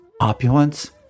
opulence